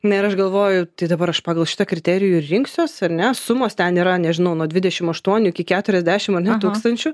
na ir aš galvoju tai dabar aš pagal šitą kriterijų ir rinksiuosi ar ne sumos ten yra nežinau nuo dvidešim aštuonių iki keturiasdešim ane tūkstančių